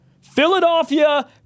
Philadelphia